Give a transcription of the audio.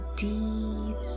deep